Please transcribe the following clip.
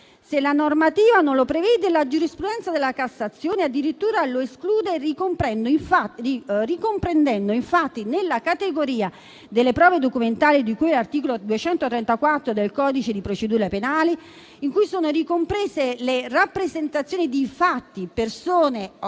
Se la normativa non lo prevede, la giurisprudenza della Cassazione addirittura lo esclude, ricomprendendo infatti le videoregistrazioni nella categoria delle prove documentali di cui all'articolo 234 del codice di procedura penale, in cui sono ricomprese le rappresentazioni di fatti, persone o